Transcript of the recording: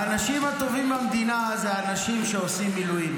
האנשים הטובים במדינה אלה האנשים שעושים מילואים,